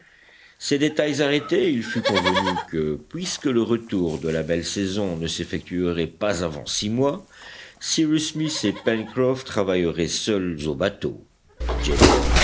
ces détails arrêtés il fut convenu que puisque le retour de la belle saison ne s'effectuerait pas avant six mois cyrus smith et pencroff travailleraient seuls au bateau